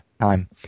time